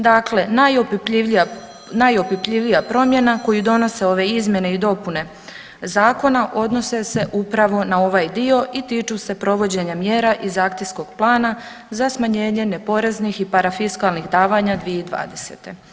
Dakle, najopipljivija promjena koju donose ove izmjene i dopune zakona odnose se upravo na ovaj dio i tiču se provođenja mjera iz akcijskog plana za smanjenje neporeznih i parafiskalnih davanja 2020.